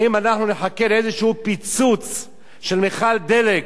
האם אנחנו נחכה לאיזה פיצוץ של מכל דלק